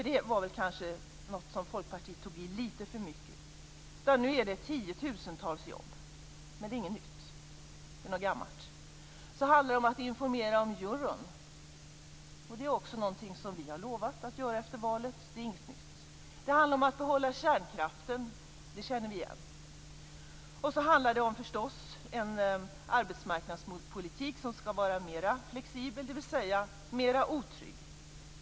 Där tog väl Folkpartiet i litet för mycket. Nu gäller det tiotusentals jobb. Detta är dock inget nytt, utan det här är gammalt. Det handlar om att informera om euron. Det är också något som vi har lovat att göra efter valet, så det är ingenting nytt. Det handlar om att behålla kärnkraften. Också det känner vi igen. Det handlar, förstås, om en arbetsmarknadspolitik som skall vara mera flexibel, dvs. mera otrygg.